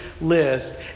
list